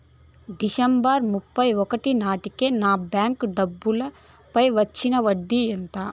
December ముప్పై ఒకటి నాటేకి నా బ్యాంకు డబ్బుల పై వచ్చిన వడ్డీ ఎంత?